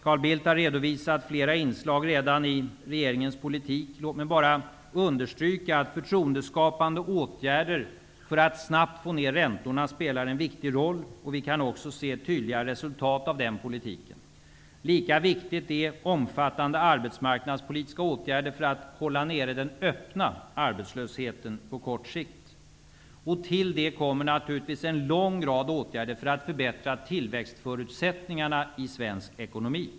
Carl Bildt har redovisat flera inslag i regeringens politik. Låt mig bara understryka att förtroendeskapande åtgärder för att snabbt få ner räntorna spelar en viktig roll. Vi kan också se tydliga resultat av den politiken. Lika viktigt är det med omfattande arbetsmarknadspolitiska åtgärder för att hålla tillbaka den öppna arbetslösheten på kort sikt. Därtill kommer en lång rad åtgärder för att förbättra tillväxtförutsättningarna i svensk ekonomi.